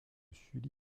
sully